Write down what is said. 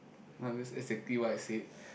no that's exactly what I said